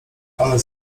ale